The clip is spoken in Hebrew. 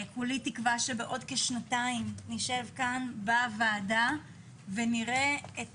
כולי תקווה שבעוד כשנתיים נשב כאן בוועדה ונראה את